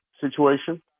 situation